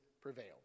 prevailed